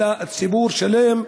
אלא ציבור שלם.